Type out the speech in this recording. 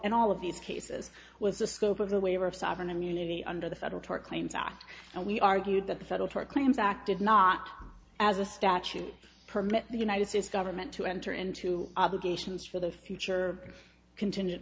in all of these cases was the scope of the waiver of sovereign immunity under the federal tort claims act and we argued that the federal tort claims act did not as a statute permit the united states government to enter into obligations for the future contingent